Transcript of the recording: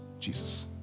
Jesus